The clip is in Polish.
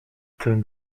twym